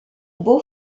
beau